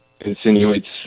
insinuates